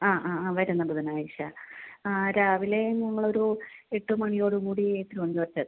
ആ ആ ആ വരുന്ന ബുധനാഴ്ച രാവിലെ നമ്മളൊരു എട്ട് മണിയോടുകൂടി തിരുവനന്തപുരത്തെത്തും